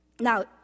Now